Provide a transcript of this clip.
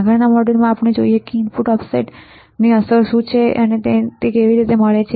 આગળના મોડ્યુલમાં ચાલો જોઈએ કે ઇનપુટ ઓફસેટ hm ની અસર શું છે તેની અસર શું છે